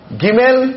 gimel